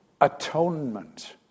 Atonement